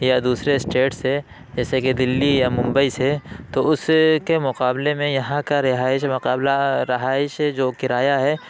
یا دوسرے اسٹیٹ سے جیسے کہ دلّی یا ممبئی سے تو اس کے مقابلے میں یہاں کا رہائشی مقابلہ رہائش جو کرایہ ہے